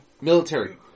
Military